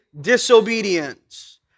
disobedience